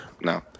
no